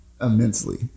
immensely